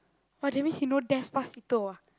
!wah! that means he knows Despacito ah